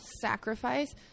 sacrifice